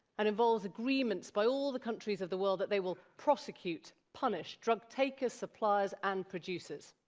and involves agreements by all the countries of the world that they will prosecute, punish drug takers, suppliers, and producers.